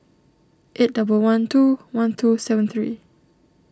eight double one two one two seven three